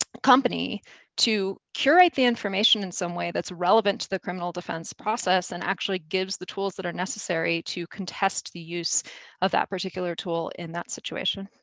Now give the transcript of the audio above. company to curate the information in some way that's relevant to the criminal defense process and actually gives the tools that are necessary to contest the use of that particular tool in that situation.